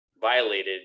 violated